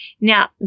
Now